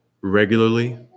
regularly